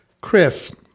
Chris